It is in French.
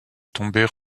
tomber